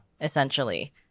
Essentially